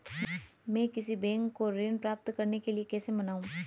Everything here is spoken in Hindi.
मैं किसी बैंक को ऋण प्राप्त करने के लिए कैसे मनाऊं?